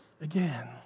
again